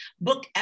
book